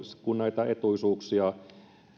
kun näitä etuisuuksia